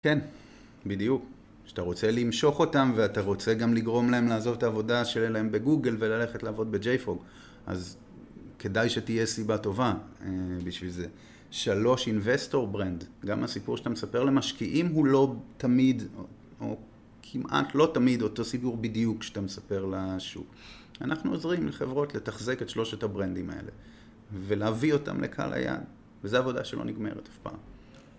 כן, בדיוק. כשאתה רוצה למשוך אותם ואתה רוצה גם לגרום להם לעזוב את העבודה שלהם בגוגל וללכת לעבוד בג'ייפוג, אז כדאי שתהיה סיבה טובה, אה... בשביל זה. שלוש אינבסטור ברנד. גם הסיפור שאתה מספר למשקיעים הוא לא תמיד, או כמעט לא תמיד אותו סיפור בדיוק שאתה מספר לשוק. אנחנו עוזרים לחברות לתחזק את שלושת הברנדים האלה ולהביא אותם לקהל היעד, וזה עבודה שלא נגמרת אף פעם.